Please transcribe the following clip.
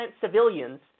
civilians